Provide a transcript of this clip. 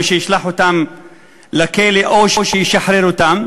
או שישלח אותם לכלא או שישחרר אותם,